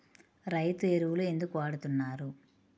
రైతు ఎరువులు ఎందుకు వాడుతున్నారు?